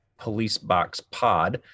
policeboxpod